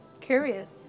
curious